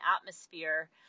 atmosphere